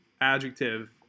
adjective